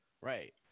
right